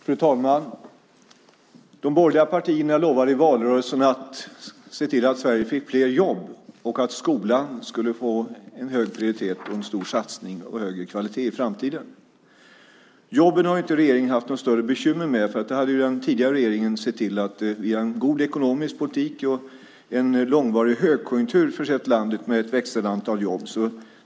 Fru talman! De borgerliga partierna lovade i valrörelsen att se till att Sverige fick fler jobb och att skolan skulle få en hög prioritet, en stor satsning och högre kvalitet i framtiden. Jobben har inte regeringen haft några större bekymmer med, för den tidigare regeringen hade sett till att genom en god ekonomisk politik och en långvarig högkonjunktur förse landet med ett växande antal jobb.